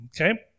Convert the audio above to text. okay